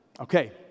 Okay